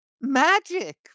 magic